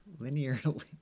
linearly